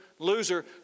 Loser